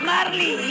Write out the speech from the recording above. Marley